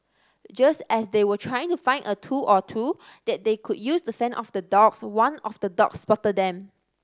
just as they were trying to find a tool or two that they could use to fend off the dogs one of the dogs spotted them